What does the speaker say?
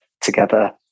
together